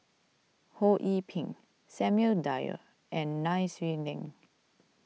Ho Yee Ping Samuel Dyer and Nai Swee Leng